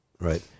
Right